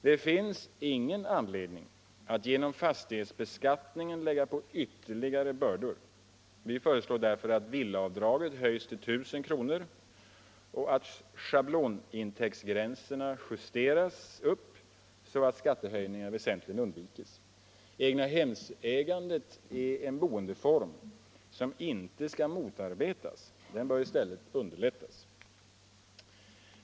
Det finns ingen anledning att genom fastighetsbeskattningen lägga på ytterligare bördor. Vi föreslår därför att det s.k. villaavdraget höjs till 1000 kr. och att schablonintäktsgränserna justeras upp så att skattehöjningar väsentligen undviks. Egnahemsägandet är inte en boendeform som skall motarbetas. Den bör i stället underlättas.